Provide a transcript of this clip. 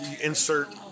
Insert